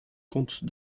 comtes